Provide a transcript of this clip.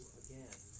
again